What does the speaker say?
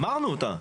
אמרנו אותה.